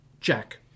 Jack